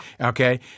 okay